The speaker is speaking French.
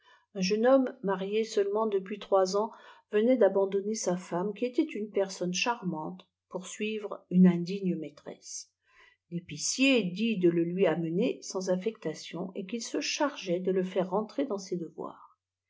un jeune homme marié seulement depuis trois ans venait d'abandonner sa femme qui était une personne charmante pour suivre une indigne maîtresse l'épicier dit de le lui amener sans affectation et qu'il se chargeait de le faire rentrer dans ses devoirs